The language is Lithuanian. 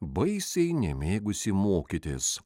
baisiai nemėgusį mokytis